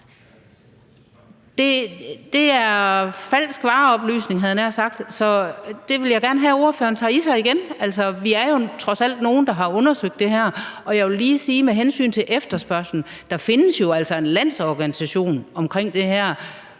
Det er falsk varebetegnelse, havde jeg nær sagt, så det vil jeg godt have at ordføreren tager i sig igen. Vi er jo trods alt nogle, der har undersøgt det her. Og med hensyn til efterspørgslen vil jeg lige sige, at der jo altså findes en landsorganisation for det her,